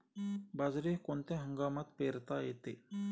बाजरी कोणत्या हंगामात पेरता येते?